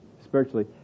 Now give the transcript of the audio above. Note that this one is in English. spiritually